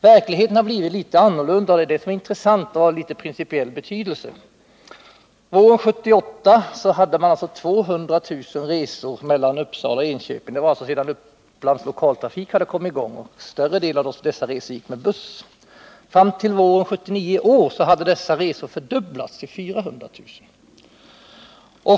Verkligheten har emellertid blivit litet annorlunda, och det är det som är det intressanta och principellt betydelsefulla. Våren 1978 gjordes 200 000 resor mellan Uppsala och Enköping. Vid den tiden hade verksamheten vid Upplands Lokaltrafik AB kommit i gång, och större delen av dessa resor företogs med buss. Under våren 1979 fördubblades antalet resor till 400 000.